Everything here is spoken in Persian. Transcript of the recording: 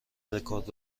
رکورد